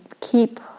keep